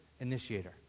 initiator